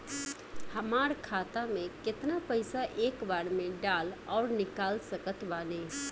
हमार खाता मे केतना पईसा एक बेर मे डाल आऊर निकाल सकत बानी?